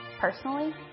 personally